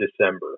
december